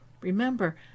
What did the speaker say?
remember